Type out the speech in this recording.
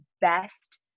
best